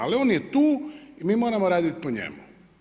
Ali on je tu i mi moramo radit po njemu.